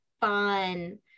fun